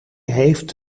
heeft